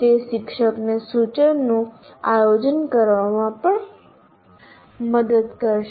તે શિક્ષકને સૂચનાનું આયોજન કરવામાં પણ મદદ કરશે